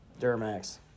Duramax